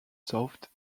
soft